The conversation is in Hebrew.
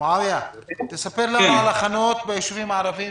תספר לנו על ההכנות ביישובים הערבים